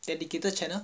dedicated channel